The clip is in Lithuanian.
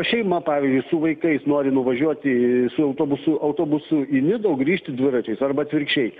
šeima pavyzdžiui su vaikais nori nuvažiuoti su autobusu autobusu į nidą o grįžti dviračiais arba atvirkščiai